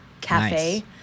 cafe